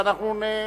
ואנחנו נבצע,